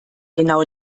genau